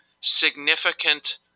significant